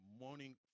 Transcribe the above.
Morning